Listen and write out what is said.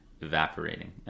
evaporating